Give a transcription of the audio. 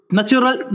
Natural